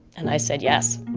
and i said, yes,